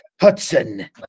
hudson